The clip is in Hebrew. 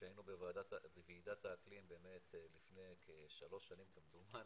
כשהיינו בוועדת האקלים לפני כשלוש שנים כמדומני,